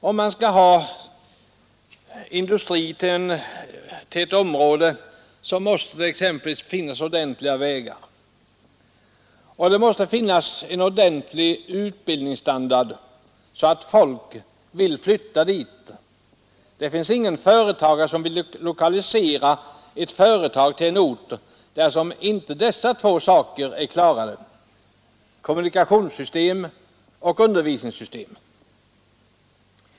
Om man skall lokalisera industri till ett område måste det exempelvis finnas ordentliga vägar, och att folk vill flytta retag till en ort där det måste finnas en ordentlig utbildningsstandard, dit. Det finns ingen företagare som vill lokalisera ett inte dessa två saker är avklarade — kommunikationssystem och undervisningssystem.